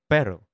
Pero